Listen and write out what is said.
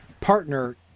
partner